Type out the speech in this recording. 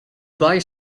buy